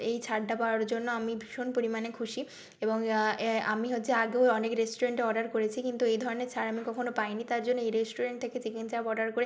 এই ছাড়টা পাওয়ার জন্য আমি ভীষণ পরিমাণে খুশি এবং অ্যা আমি হচ্ছে আগেও অনেক রেস্টুরেন্টে অর্ডার করেছি কিন্তু এই ধরনের ছাড় আমি কখনও পাইনি তার জন্য এই রেস্টুরেন্ট থেকে চিকেন চাপ অর্ডার করে